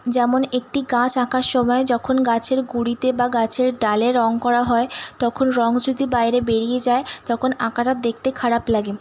যেমন একটি গাছ আঁকার সময় যখন গাছের গুঁড়িতে বা গাছের ডালে রঙ করা হয় তখন রঙ যদি বাইরে বেরিয়ে যায় তখন আঁকাটা দেখতে খারাপ লাগে